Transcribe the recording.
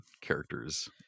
characters